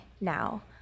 now